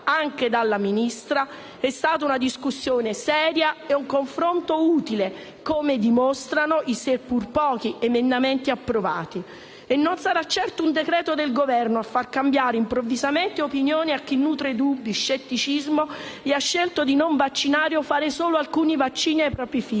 anche dalla Ministra, è stata seria e si è avuto un confronto utile, come dimostrano i seppur pochi emendamenti approvati. Non sarà certo un decreto-legge del Governo a far cambiare improvvisamente opinione a chi nutre dubbi, scetticismo e ha scelto di non vaccinare o fare solo alcuni vaccini ai propri figli.